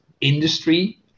industry